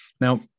Now